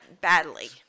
badly